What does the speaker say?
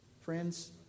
Friends